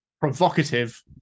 provocative